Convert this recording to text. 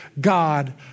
God